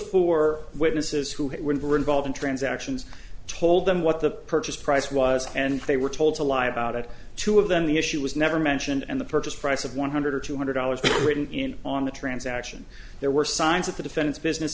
four witnesses who were involved in transactions told them what the purchase price was and they were told to lie about it two of them the issue was never mentioned and the purchase price of one hundred or two hundred dollars written in on the transaction there were signs at the defense business